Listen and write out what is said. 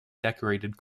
decorated